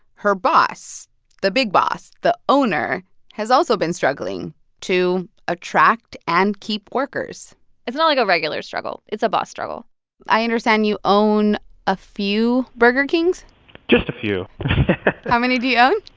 her boss the big boss, the owner has also been struggling to attract and keep workers it's not like a regular struggle. it's a boss struggle i understand you own a few burger kings just a few how many do you own?